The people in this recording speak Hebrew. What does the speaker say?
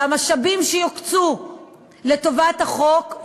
שהמשאבים שיוקצו לטובת החוק,